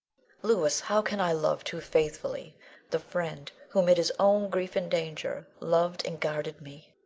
louis, how can i love too faithfully the friend who, mid his own grief and danger, loved and guarded me.